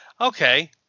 okay